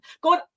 God